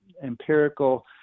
empirical